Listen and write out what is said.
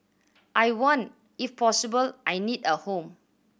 I want if possible I need a home